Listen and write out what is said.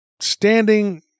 standing